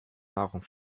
nahrung